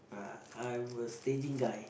uh I'm a staging guy